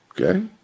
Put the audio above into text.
okay